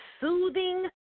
soothing